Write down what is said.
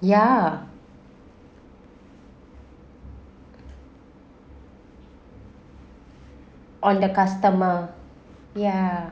ya on the customer ya